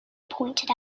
pointed